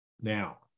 Now